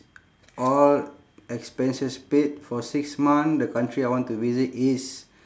all expenses paid for six month the country I want to visit is